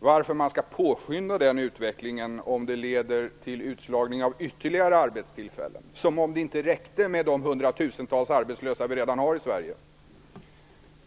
Varför skall man påskynda den utvecklingen om det leder till utslagning av ytterligare arbetstillfällen? Som om det inte räckte med de hundratusentals arbetslösa vi redan har i Sverige!